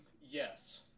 yes